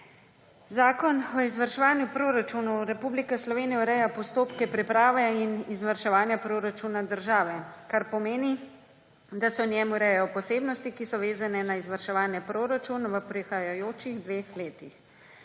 Zakon o izvrševanju proračunov Republike Slovenije ureja postopke priprave in izvrševanja proračuna države, kar pomeni, da se v njem urejajo posebnosti, ki so vezane na izvrševanje proračuna v prihajajočih dveh letih.